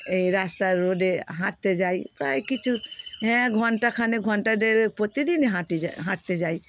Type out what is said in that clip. এই রাস্তা রোডে হাঁটতে যাই প্রায় কিছু হ্যাঁ ঘন্টাখানেক ঘন্টা দেড়েক প্রতিদিনই হাঁটি যায় হাঁটতে যাই